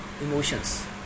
emotions